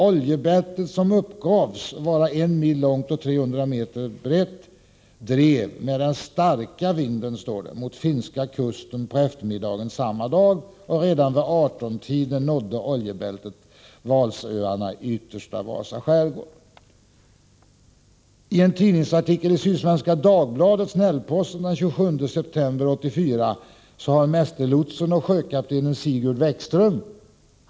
Oljebältet som uppgavs vara 1 mil långt och 300 m brett drev med den starka vinden mot den finska kusten på eftermiddagen samma dag, och redan vid 18-tiden nådde oljebältet Valsöarna i yttersta delen av Vasa skärgård.” I en tidningsartikel i Sydsvenska Dagbladet Snällposten den 27 september 1984 kan man läsa om mästerlotsen och sjökaptenen Sigurd Weckström.